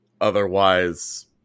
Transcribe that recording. Otherwise